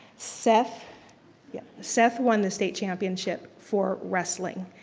seth yeah seth won the state championship for wrestling.